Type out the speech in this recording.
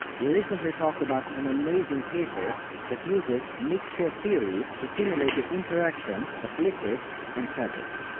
we recently talked about an amazing paper that uses mixture theory to simulate the interaction of liquids and fabrics.